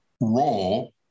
role